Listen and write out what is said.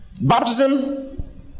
Baptism